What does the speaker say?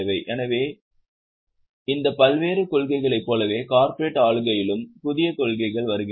எனவே இந்த பல்வேறு கொள்கைகளைப் போலவே கார்ப்பரேட் ஆளுகையிலும் புதிய கொள்கைகள் வருகின்றன